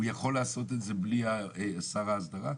הוא יכול לעשות את זה בלי שר ההסדרה?